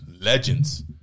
legends